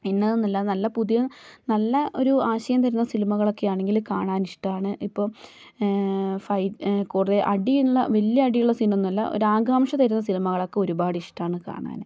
ഇന്ന് അതൊന്നുമല്ല നല്ല പുതിയ നല്ല ഒരു ആശയം തരുന്ന സിനിമകളൊക്കെ ആണെങ്കിൽ കാണാൻ ഇഷ്ടമാണ് ഇപ്പോൾ ഫൈ കുറേ അടിയുള്ള വലിയ അടിയുള്ള സീൻ ഒന്നുമല്ല ഒരു ആകാംക്ഷ തരുന്ന സിനിമകളൊക്കെ ഒരുപാട് ഇഷ്ടമാണ് കാണാൻ